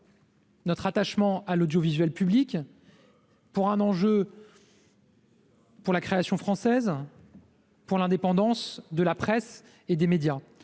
notre attachement à l'audiovisuel public, l'enjeu pour la création française, l'indépendance de la presse et des médias.